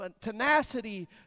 tenacity